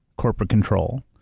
corporate control,